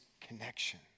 connection